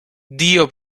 dio